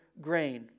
grain